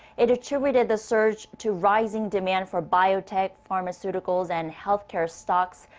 it attributed the surge to rising demand for biotech, pharmaceuticals and healthcare stocks.